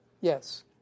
yes